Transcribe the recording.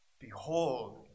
behold